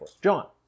john